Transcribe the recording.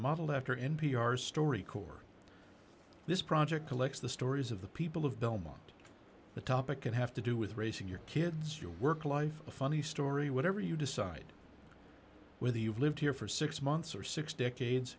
modeled after n p r story corps this project collects the stories of the people of belmont the topic could have to do with raising your kids your work life a funny story whatever you decide whether you've lived here for six months or six decades